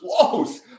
close